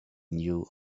knew